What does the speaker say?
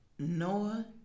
Noah